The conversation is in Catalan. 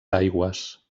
aigües